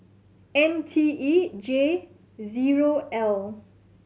M T E J zero L